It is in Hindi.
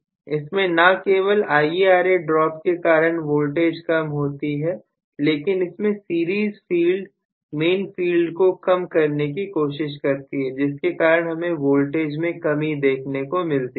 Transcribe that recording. इसमें ना केवल IaRa ड्रॉप के कारण वोल्टेज कम होती है लेकिन इसमें सीरीज फील्ड मेन फील्ड को कम करने की कोशिश करती है जिसके कारण हमें वोल्टेज में कमी देखने को मिलती है